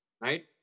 right